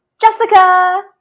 Jessica